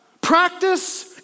Practice